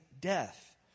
death